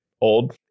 old